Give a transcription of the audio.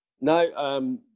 No